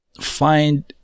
find